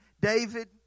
David